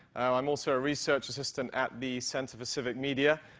i'm also a research assistant at the sense of a civic media,